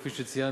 כפי שציינתי,